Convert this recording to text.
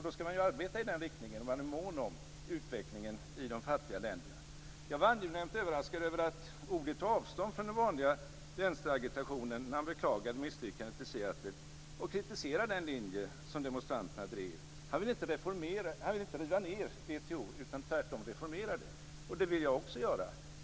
Man ska arbeta i den riktningen om man är mån om utvecklingen i de fattiga länderna. Jag var angenämt överraskad över att Ohly tar avstånd från den vanliga vänsteragitationen när han beklagar misslyckandet i Seattle och kritiserar den linje som demonstranterna drev. Han vill inte riva ned WTO utan tvärtom reformera det. Det vill jag också göra.